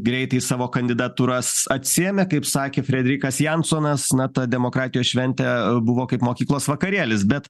greitai savo kandidatūras atsiėmė kaip sakė frederikas jansonas na ta demokratijos šventė buvo kaip mokyklos vakarėlis bet